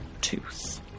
tooth